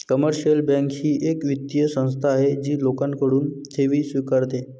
commercial bank ही एक वित्तीय संस्था आहे जी लोकांकडून ठेवी स्वीकारते